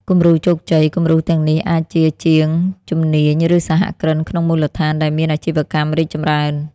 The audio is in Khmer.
គំរូជោគជ័យ គំរូទាំងនេះអាចជាជាងជំនាញ ឬសហគ្រិនក្នុងមូលដ្ឋាន ដែលមានអាជីវកម្មរីកចម្រើន។